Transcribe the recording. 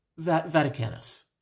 Vaticanus